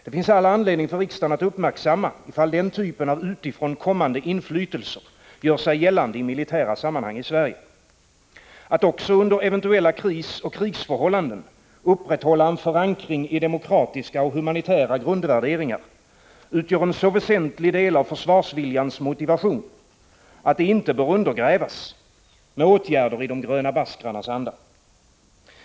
Det finns all anledning för riksdagen att uppmärksamma om denna typ av utifrån kommande inflytelser gör sig gällande i militära sammanhang i Sverige. Att också under eventuella krisoch krigsförhållanden upprätthålla en förankring i demokratiska och humanitära grundvärderingar utgör en så viktig del av försvarsviljans motivation att den inte bör undergrävas med åtgärder i de gröna baskrarnas anda.